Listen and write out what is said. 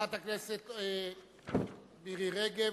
חברת הכנסת מירי רגב,